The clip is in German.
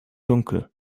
dunkel